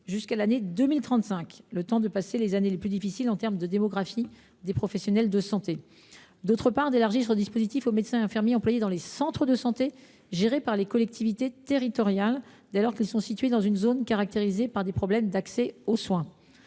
jusqu’à l’année 2035, le temps de passer les années les plus difficiles en termes de démographie des professionnels de santé. Elle a aussi pour vocation d’élargir le dispositif aux médecins et infirmiers employés dans les centres de santé gérés par les collectivités territoriales, dès lors que ceux ci sont situés dans une zone caractérisée par des problèmes d’accès aux soins.